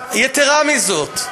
יתרה מזאת,